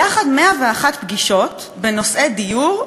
יחד 101 פגישות בנושאי דיור,